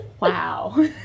Wow